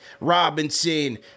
Robinson